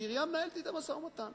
והעירייה מנהלת אתם משא-ומתן.